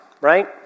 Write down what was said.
right